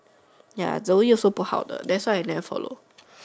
ya the wee also 不好的 that's why I never follow